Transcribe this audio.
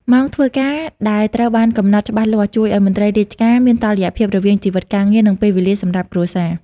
ម៉ោងធ្វើការដែលត្រូវបានកំណត់ច្បាស់លាស់ ជួយឱ្យមន្ត្រីរាជការមានតុល្យភាពរវាងជីវិតការងារ និងពេលវេលាសម្រាប់គ្រួសារ។